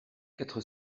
quatre